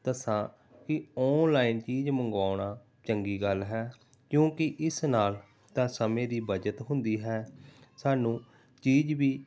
ਦੱਸਾਂ ਕਿ ਔਨਲਾਈਨ ਚੀਜ਼ ਮੰਗਾਉਣਾ ਚੰਗੀ ਗੱਲ ਹੈ ਕਿਉਂਕਿ ਇਸ ਨਾਲ ਤਾਂ ਸਮੇਂ ਦੀ ਬੱਚਤ ਹੁੰਦੀ ਹੈ ਸਾਨੂੰ ਚੀਜ਼ ਵੀ